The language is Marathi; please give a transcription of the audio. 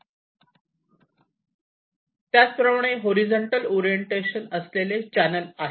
त्याचं प्रमाणे हॉरीझॉन्टल ओरिएंटेशन असलेले चॅनल आहे